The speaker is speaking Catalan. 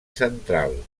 central